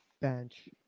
Bench